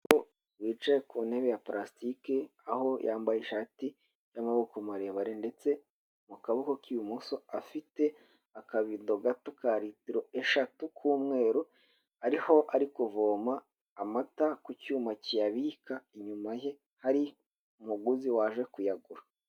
Umugabo wicaye ku ntebe ya purastike aho yambaye ishati y'amaboko maremare ndetse mu kaboko k'ibumoso afite akabido gato ka litiro eshatu k'umweru, ariho ari kuvoma amata ku cyuma kiyabika inyuma ye hari umuguzi waje kuyagura.